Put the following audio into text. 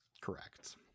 Correct